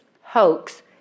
hoax